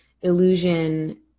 illusion